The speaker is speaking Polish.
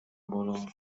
bolą